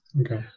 Okay